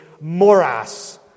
morass